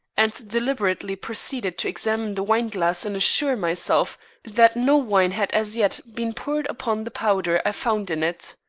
and deliberately proceeded to examine the wineglass and assure myself that no wine had as yet been poured upon the powder i found in it.